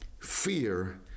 fear